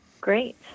Great